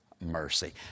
Mercy